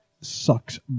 sucks